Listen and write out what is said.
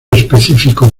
específico